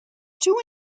two